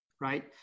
right